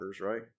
right